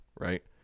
right